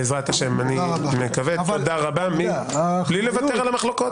בעזרת ה', אני מקווה, בלי לוותר על המחלוקות.